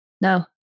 no